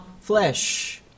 flesh